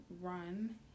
run